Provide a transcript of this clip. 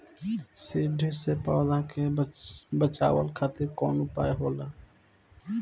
सुंडी से पौधा के बचावल खातिर कौन उपाय होला?